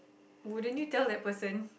wouldn't you tell that person